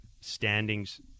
standings